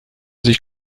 sich